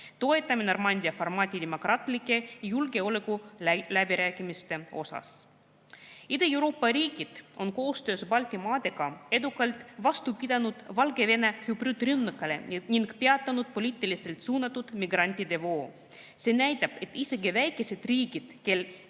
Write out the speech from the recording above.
Toetame Normandia formaati demokraatlikeks julgeolekuläbirääkimisteks. Ida-Euroopa riigid on koostöös Baltimaadega edukalt vastu pidanud Valgevene hübriidrünnakule ning peatanud poliitiliselt suunatud migrantide voo. See näitab, et isegi väikesed riigid,